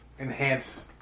Enhance